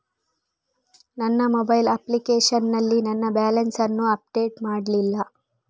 ನನ್ನ mobile application ನಲ್ಲಿ ನನ್ನ ಬ್ಯಾಲೆನ್ಸ್ ಅನ್ನು ಅಪ್ಡೇಟ್ ಮಾಡ್ಲಿಲ್ಲ